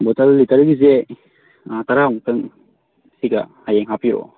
ꯕꯣꯇꯜ ꯂꯤꯇꯔꯒꯤꯁꯦ ꯇꯔꯥꯃꯨꯛꯇꯪ ꯁꯤꯒ ꯍꯌꯦꯡ ꯍꯥꯞꯄꯤꯔꯛꯑꯣ